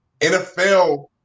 NFL